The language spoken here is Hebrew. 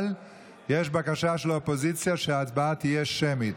אבל יש בקשה של האופוזיציה שההצבעה תהיה שמית.